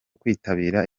kwitabira